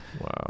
wow